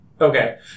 Okay